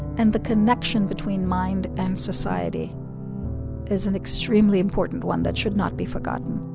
and the connection between mind and society is an extremely important one that should not be forgotten